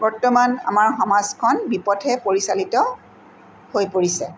বৰ্তমান আমাৰ সমাজখন বিপথে পৰিচালিত হৈ পৰিছে